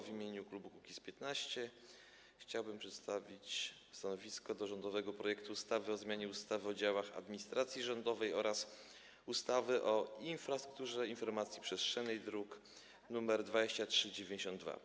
W imieniu klubu Kukiz’15 chciałbym przedstawić stanowisko wobec rządowego projektu ustawy o zmianie ustawy o działach administracji rządowej oraz ustawy o infrastrukturze informacji przestrzennej, druk nr 2392.